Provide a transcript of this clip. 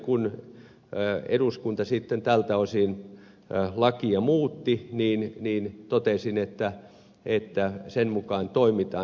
kun eduskunta sitten tältä osin lakia muutti totesin että sen mukaan toimitaan